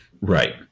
Right